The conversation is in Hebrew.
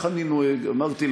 תראי, גברתי,